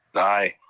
aye.